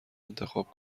انتخاب